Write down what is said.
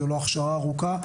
זו לא הכשרה ארוכה,